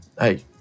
hey